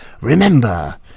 Remember